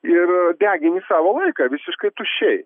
ir degini savo laiką visiškai tuščiai